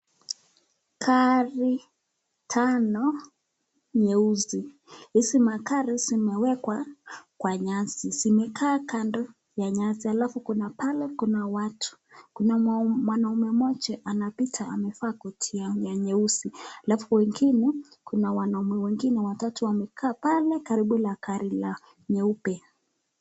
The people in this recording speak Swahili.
Gari tano nyeusi, hizi magari zimewekwa kwa nyasi, zimekaa kando kando ya nyasi, halafu kuna pale kuna watu. Kuna mwanaume mmoja anapita amevaa koti ya nyeusi ,halafu wengine, kuna wanaume wengine watatu wamekaa pale karibu na gari la nyeupe.